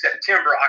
september